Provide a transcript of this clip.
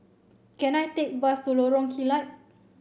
can I take bus to Lorong Kilat